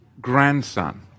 grandson